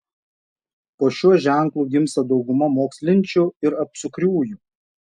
po šiuo ženklu gimsta dauguma mokslinčių ir apsukriųjų